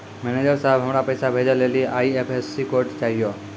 manager साहब, हमरा पैसा भेजै लेली आई.एफ.एस.सी कोड चाहियो